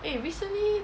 eh recently